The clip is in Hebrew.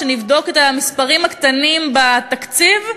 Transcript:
כשנבדוק את המספרים הקטנים בתקציב,